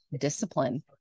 discipline